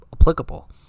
applicable